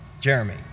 Jeremy